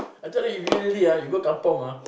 actually if you really ah you go kampung ah